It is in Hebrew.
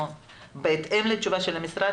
בהתאם לתשובה של המשרד,